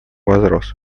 возрос